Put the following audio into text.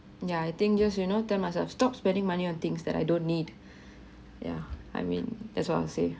yeah I think just you know tell myself stop spending money on things that I don't need ya I mean that's what I would say